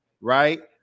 right